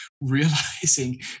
realizing